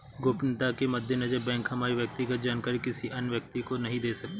गोपनीयता के मद्देनजर बैंक हमारी व्यक्तिगत जानकारी किसी अन्य व्यक्ति को नहीं दे सकता